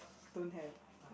don't have